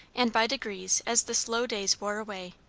and by degrees, as the slow days wore away,